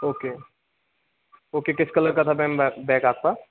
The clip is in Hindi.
ओके ओके किस कलर का था मैम बै बैग आपका